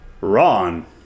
Ron